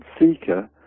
seeker